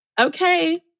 okay